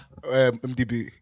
MDB